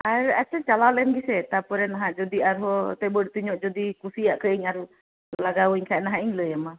ᱟᱨ ᱟᱪᱪᱷᱟ ᱪᱟᱞᱟᱣ ᱞᱮᱱ ᱜᱮᱥᱮ ᱛᱟᱯᱚᱨᱮ ᱱᱟᱦᱟᱜ ᱡᱩᱫᱤ ᱟᱨᱦᱚᱸ ᱮᱱᱛᱮᱫ ᱵᱟᱹᱲᱛᱤ ᱧᱚᱜ ᱡᱩᱫᱤ ᱠᱩᱥᱤᱭᱟᱜ ᱠᱷᱟᱱ ᱤᱧ ᱟᱨᱚ ᱞᱟᱜᱟᱣ ᱟᱹᱧ ᱠᱷᱟᱱ ᱱᱟᱦᱟᱜ ᱤᱧ ᱞᱟᱹᱭ ᱟᱢᱟ